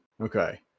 Okay